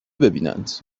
ببینند